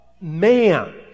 man